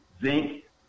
zinc